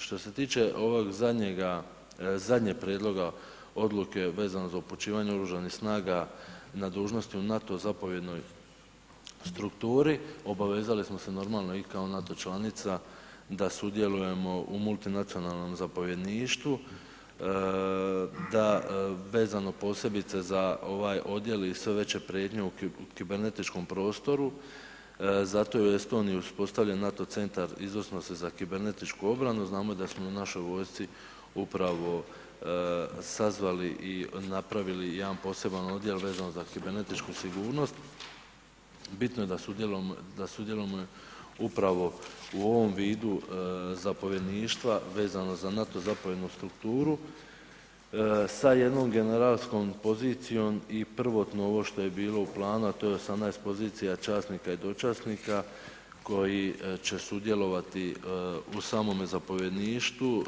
Što se tiče ovog zadnjega, zadnjeg prijedloga odluke vezano za upućivanje oružanih snaga na dužnosti u NATO zapovjednoj strukturi obavezali smo se normalno i kao NATO članica da sudjelujemo u multinacionalnom zapovjedništvu, da vezano posebice za ovaj odjel i sve veće prijetnje u kibernetičkom prostoru, zato je u Estoniji uspostavljen NATO centar izvrsnosti za kibernetičku obranu, znamo da smo u našoj vojsci upravo sazvali i napravili jedan poseban odjel vezan za kibernetičku sigurnost, bitno je da sudjelujemo upravo u ovom vidu zapovjedništva vezano za NATO zapovjednu strukturu sa jednom generalskom pozicijom i prvotno ovo što je bilo u planu, a to je 18 pozicija časnika i dočasnika koji će sudjelovati u samome zapovjedništvu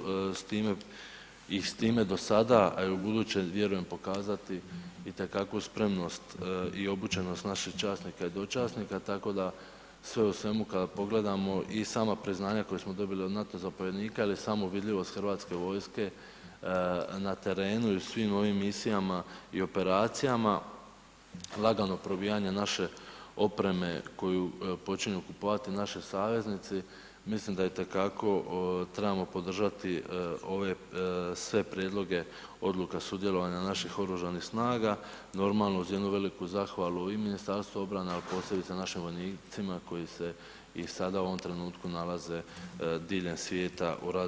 i s time dosada, a i u buduće vjerujem pokazati itekakvu spremnost i obučenost naših časnika i dočasnika, tako da sve u svemu kada pogledamo i sama priznanja koja smo dobili od NATO zapovjednika ili samo vidljivost Hrvatske vojske na terenu i u svim ovim misijama i operacijama, lagano probijanje naše opreme koju počinju kupovati naši saveznici, mislim da itekako trebamo podržati ove sve prijedloge odluka sudjelovanja naših oružanih snaga, normalno uz jednu veliku zahvalu i Ministarstvu obrane, al posebice našim vojnicima koji se i sada u ovom trenutku nalaze diljem svijeta u raznim misijama i operacijama.